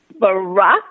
Barack